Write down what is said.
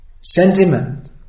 sentiment